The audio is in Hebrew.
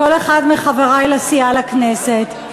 כל אחד מחברי לסיעה לכנסת,